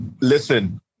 Listen